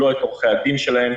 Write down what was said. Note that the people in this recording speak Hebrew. לא את עורכי הדין שלהם.